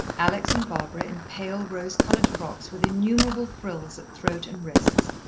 alex and barbara in pale, rose-coloured frocks with innumerable frills at throat and wrists,